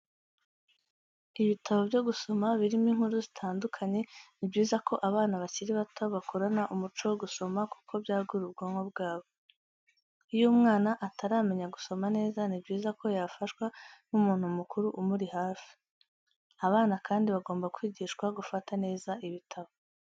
Ibitabo byo gusoma birimo inkuru zitandukanye, ni byiza ko abana bakiri bato bakurana umuco wo gusoma kuko byagura ubwonko bwabo. Iyo umwana ataramenya gusoma neza ni byiza ko yafashwa n'umuntu mukuru umuri hafi. Abana kandi bagomba kwigishwa gufata neza ibitabo.